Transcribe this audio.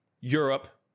Europe